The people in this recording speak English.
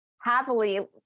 Happily